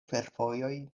fervojoj